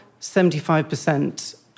75%